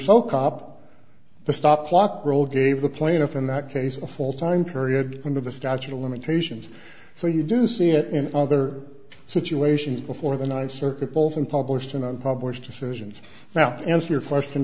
so cop the stopped clock roll gave the plaintiff in that case a full time period under the statute of limitations so you do see it in other situations before the ninth circuit polls and published in unpublished decisions now answer your question